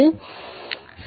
எனவே அது தான்